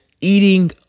eating